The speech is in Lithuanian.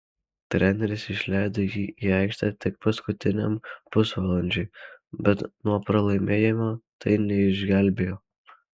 treneris išleido jį į aikštę tik paskutiniam pusvalandžiui bet nuo pralaimėjimo tai neišgelbėjo